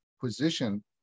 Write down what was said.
position